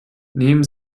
nehmen